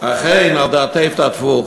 אכן על דאטפת אטפוך.